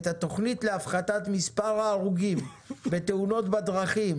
את התוכנית להפחתת מספר ההרוגים בתאונות בדרכים